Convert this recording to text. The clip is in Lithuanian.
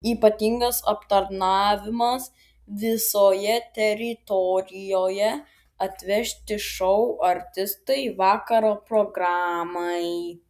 ypatingas aptarnavimas visoje teritorijoje atvežti šou artistai vakaro programai